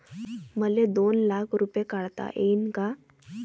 मले दोन लाख रूपे काढता येईन काय?